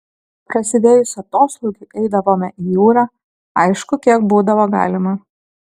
prasidėjus atoslūgiui eidavome į jūrą aišku kiek būdavo galima